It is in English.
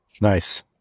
nice